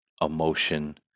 emotion